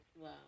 Wow